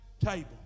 table